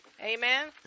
Amen